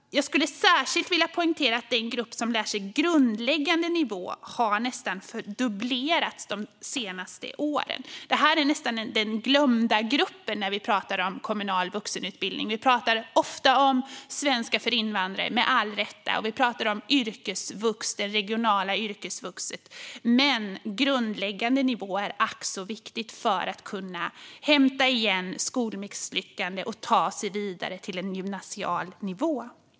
Jag vill särskilt poängtera att den grupp som läser på grundläggande nivå har nästan dubblerats de senaste åren. Detta är något av den glömda gruppen när vi pratar om kommunal vuxenutbildning. Vi pratar ofta om svenska för invandrare, med rätta, och vi pratar om regionalt yrkesvux. Men den grundläggande nivån är ack så viktig för att elever ska kunna hämta igen skolmisslyckanden och ta sig vidare till gymnasial nivå.